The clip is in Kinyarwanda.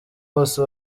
wose